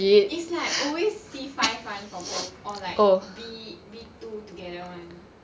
is like always C five [one] for both or like B B two together [one]